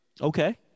Okay